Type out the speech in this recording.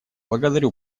благодарю